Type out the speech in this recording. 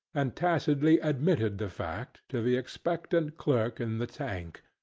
and tacitly admitted the fact to the expectant clerk in the tank,